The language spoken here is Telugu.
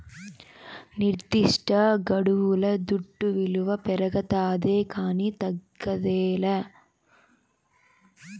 నిర్దిష్టగడువుల దుడ్డు విలువ పెరగతాదే కానీ తగ్గదేలా